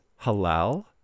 halal